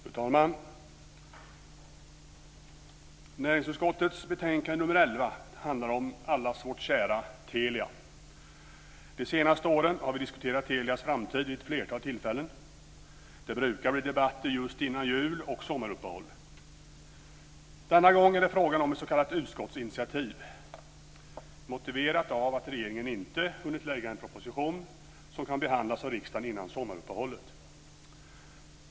Fru talman! Näringsutskottets betänkande nr 11 handlar om allas vårt kära Telia. De senaste åren har vi diskuterat Telias framtid vid ett flertal tillfällen. Det brukar bli debatter just innan jul och sommaruppehåll. Denna gång är det frågan om ett s.k. utskottsinitiativ, motiverat av att regeringen inte hunnit lägga fram en proposition som kan behandlas av riksdagen innan sommaruppehållet.